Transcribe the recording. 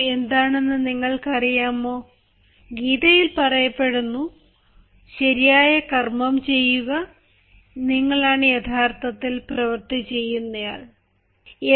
എന്താണെന്ന് നിങ്ങൾക്കറിയാമോ ഗീതയിൽ പറയപ്പെടുന്നു ശരിയായ കർമ്മം ചെയ്യുക നിങ്ങളാണ് യഥാർത്ഥത്തിൽ പ്രവൃത്തി ചെയ്യുന്നയാൾ "കർമ്മണ്യേ വാധികാരസ്തേ മാ ഫലേഷു കഥാചനാ"